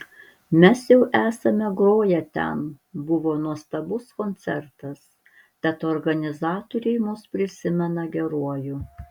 mes jau esame groję ten buvo nuostabus koncertas tad organizatoriai mus prisimena geruoju